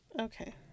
Okay